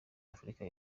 afurika